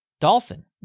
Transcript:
Dolphin